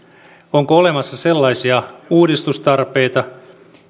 onko olemassa sellaisia uudistustarpeita